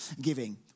giving